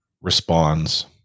responds